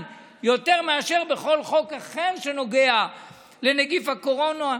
יותר מאשר בכל חוק אחר שנוגע לנגיף הקורונה,